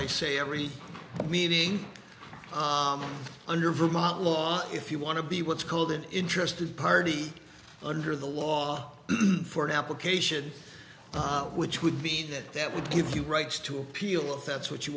i say every meeting under vermont law if you want to be what's called an interested party under the law for an application which would be that that would give you rights to appeal if that's what you